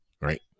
right